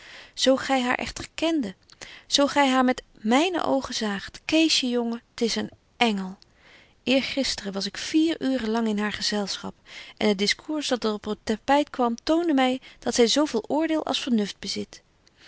zo gy haar echter kende zo gy haar met myne oogen zaagt keesje jongen t is een engel eergisteren was ik vier uuren lang in haar gezelschap en het discours dat er op het tapyt kwam toonde my dat zy zo veel oordeel als vernuft bezit